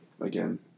again